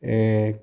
A